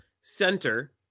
center